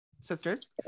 sisters